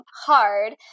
hard